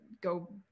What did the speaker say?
go